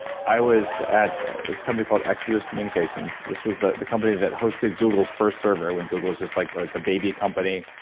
i was at this company called exodus communications. this was the the company that hosted google's first server when google was just like like a baby company,